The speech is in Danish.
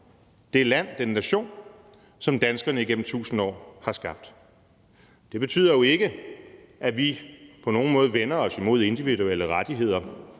det land, den nation, som danskerne igennem tusind år har skabt. Det betyder jo ikke, at vi på nogen måde vender os mod individuelle rettigheder.